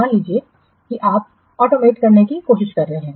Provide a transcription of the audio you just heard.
मान लीजिए कि आप ऑटोमेट करने की कोशिश कर रहे हैं